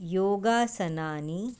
योगासनानि